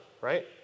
right